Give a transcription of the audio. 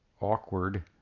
awkward